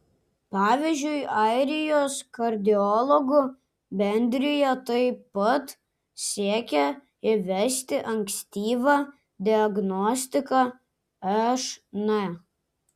pavyzdžiui airijos kardiologų bendrija taip pat siekia įvesti ankstyvą diagnostiką šn